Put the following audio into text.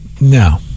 No